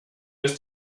bis